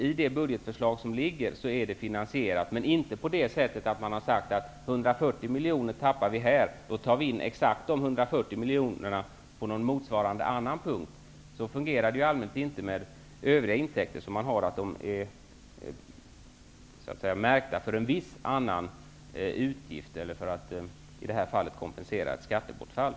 I det budgetförslag som föreligger är detta finansierat, men inte på det sättet att man har sagt: 140 miljoner tappar vi här -- då tar vi in exakt 140 miljoner på någon annan punkt. Det fungerar i allmänhet inte så att övriga intäkter är märkta för en viss annan utgift eller för att kompensera ett visst skattebortfall.